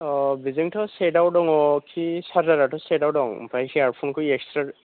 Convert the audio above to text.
औ बेजोंथ' सेताव दङ' खि सार्जाराथ' सेताव दं ओमफ्राय हेयार फनखौ एक्सथ्रा